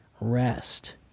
rest